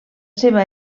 seva